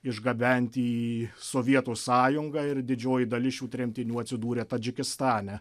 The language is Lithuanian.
išgabenti į sovietų sąjungą ir didžioji dalis šių tremtinių atsidūrė tadžikistane